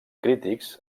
crítics